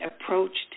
approached